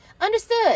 Understood